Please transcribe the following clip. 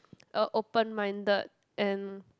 a open minded and